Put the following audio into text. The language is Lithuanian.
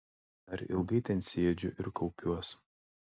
dar ilgai ten sėdžiu ir kaupiuos